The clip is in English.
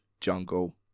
jungle